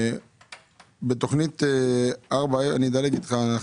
בתוכנית רשות לבטיחות בדרכים.